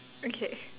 okay